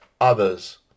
others